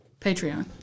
Patreon